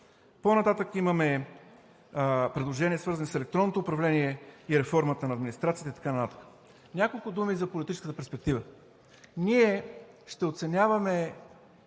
По-нататък имаме предложение, свързано с електронното управление и реформата на администрацията, и така нататък. Няколко думи за политическата перспектива. Ние ще оценяваме